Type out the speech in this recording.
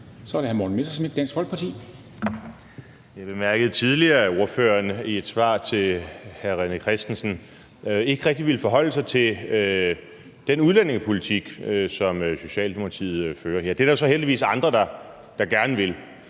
Kl. 09:42 Morten Messerschmidt (DF): Jeg bemærkede tidligere, at ordføreren i et svar til hr. René Christensen ikke rigtig ville forholde sig til den udlændingepolitik, som Socialdemokratiet fører her. Det er der så heldigvis andre der gerne vil.